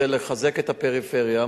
זה לחזק את הפריפריה,